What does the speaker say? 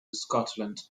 scotland